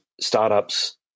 startups